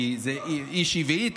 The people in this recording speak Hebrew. כי זה he, she ו-it.